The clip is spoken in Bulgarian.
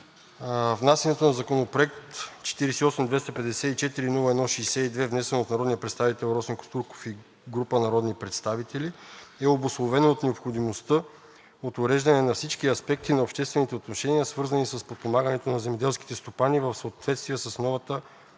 Внасянето на Законопроект 48-254-01-62, внесен от народния представител Росен Костурков и група народни представители, е обусловено от необходимостта от уреждане на всички аспекти на обществените отношения, свързани с подпомагането на земеделските стопани в съответствие с новата Обща